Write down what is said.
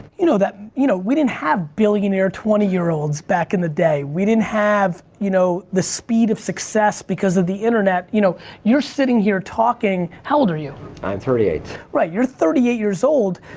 you know you know we didn't have billionaire twenty year olds back in the day, we didn't have you know the speed of success because of the internet. you know you're sitting here talking, how old are you? i'm thirty eight. right, you're thirty eight years old,